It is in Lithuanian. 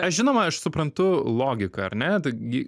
žinoma aš suprantu logiką ar ne taigi